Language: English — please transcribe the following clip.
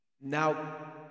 Now